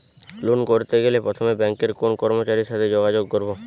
Loan করতে গেলে প্রথমে ব্যাঙ্কের কোন কর্মচারীর সাথে যোগাযোগ করব?